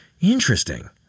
interesting